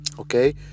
okay